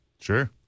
Sure